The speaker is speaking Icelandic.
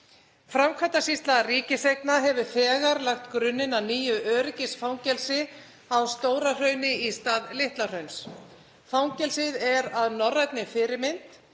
Framkvæmdasýsla ríkiseigna hefur þegar lagt grunninn að nýju öryggisfangelsi á Stóra-Hrauni í stað Litla-Hrauns. Fangelsið er að norrænni fyrirmynd